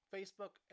Facebook